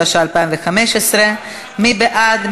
התשע"ה 2015. מי בעד?